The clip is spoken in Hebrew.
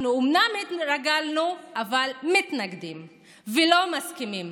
אנחנו אומנם התרגלנו אבל מתנגדים ולא מסכימים,